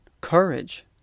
courage